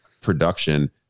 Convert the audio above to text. production